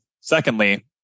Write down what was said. secondly